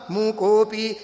Mukopi